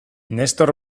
nestor